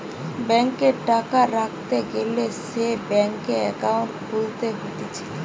ব্যাংকে টাকা রাখতে গ্যালে সে ব্যাংকে একাউন্ট খুলতে হতিছে